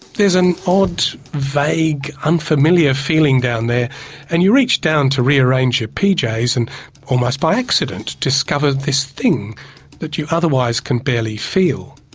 there's an odd, vague, unfamiliar feeling down there and you reach down to rearrange your pjs and almost by accident discover this thing that you otherwise can barely feel.